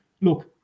look